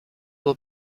will